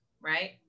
right